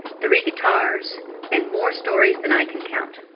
three guitars and more stories than i can count.